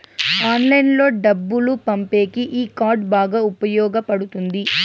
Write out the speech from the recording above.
ఆన్లైన్లో డబ్బులు పంపేకి ఈ కార్డ్ బాగా ఉపయోగపడుతుంది